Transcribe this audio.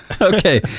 Okay